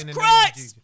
Christ